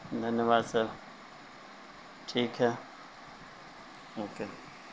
دھنیہ واد سر ٹھیک ہے اوکے